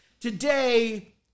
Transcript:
today